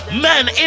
Men